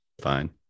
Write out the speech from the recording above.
fine